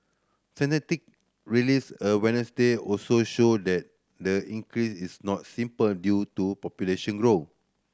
statistic released on Wednesday also showed that the increase is not simply due to population grow